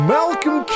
Malcolm